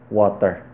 water